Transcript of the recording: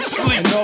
sleep